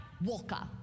Walker